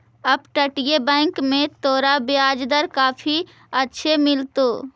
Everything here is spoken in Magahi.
अपतटीय बैंक में तोरा ब्याज दर काफी अच्छे मिलतो